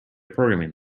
programming